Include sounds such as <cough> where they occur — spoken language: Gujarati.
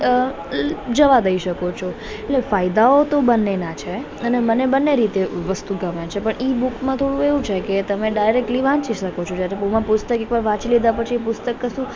જવા દઈ શકો છો ફાયદાઓ તો બંનેના છે અને મને બંને રીતે વસ્તુ ગમે છે પણ ઈ બુકમાં થોડું એવું છે કે તમે ડાયરેક્ટલી વાંચી શકો છો જ્યારે <unintelligible> વાંચી લીધા પછી પુસ્તક કશું